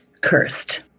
cursed